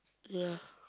ya